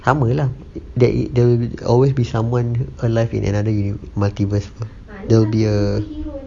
sama lah there is there is always be someone alive in another uni~ multiverse lor there will be a